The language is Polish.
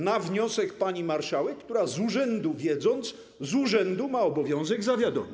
Na wniosek pani marszałek, która z urzędu wiedząc, z urzędu ma obowiązek zawiadomić.